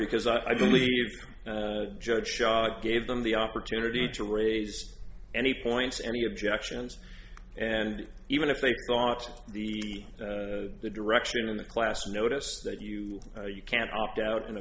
because i believe judge shot gave them the opportunity to raise any points any objections and even if they thought the the direction of the class notice that you know you can't opt out an